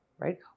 Right